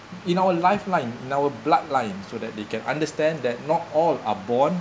in our lifeline in our bloodline so that they can understand that not all are born